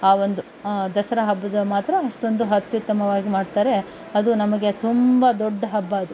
ಆ ಒಂದು ದಸರಾ ಹಬ್ಬದಾಗೆ ಮಾತ್ರ ಅಷ್ಟೊಂದು ಅತ್ಯುತ್ತಮವಾಗಿ ಮಾಡ್ತಾರೆ ಅದು ನಮಗೆ ತುಂಬ ದೊಡ್ಡ ಹಬ್ಬ ಅದು